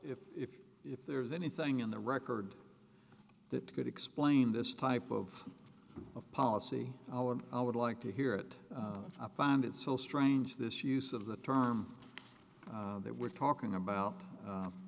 if if if there's anything in the record that could explain this type of a policy i would i would like to hear it i find it so strange this use of the term they were talking about